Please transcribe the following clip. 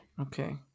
Okay